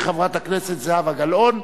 סדר-היום של מרצ כהצעת האי-אמון הראשונה.